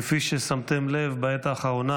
כפי ששמתם לב, בעת האחרונה